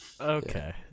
okay